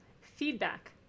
Feedback